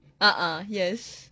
ah ah yes